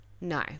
No